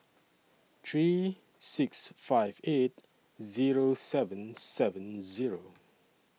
three six five eight Zero seven seven Zero